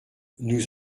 nous